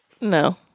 No